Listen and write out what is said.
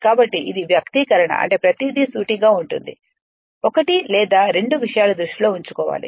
కాబట్టి ఇది వ్యక్తీకరణ అంటే ప్రతిదీ సూటిగా ఉంటుంది ఒకటి లేదా 2 విషయాలను దృష్టిలో ఉంచుకోవాలి